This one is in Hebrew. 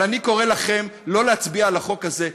אבל אני קורא לכם לא להצביע על החוק הזה,